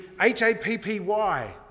H-A-P-P-Y